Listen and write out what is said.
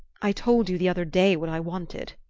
i told you the other day what i wanted.